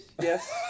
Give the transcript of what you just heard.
yes